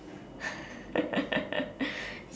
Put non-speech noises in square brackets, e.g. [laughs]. [laughs]